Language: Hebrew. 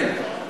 כן.